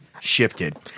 shifted